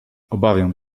obawiamy